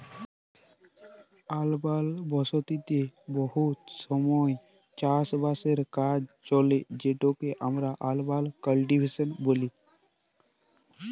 আরবাল বসতিতে বহুত সময় চাষ বাসের কাজ চলে যেটকে আমরা আরবাল কাল্টিভেশল ব্যলি